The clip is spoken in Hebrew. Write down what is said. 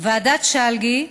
ועדת שלגי,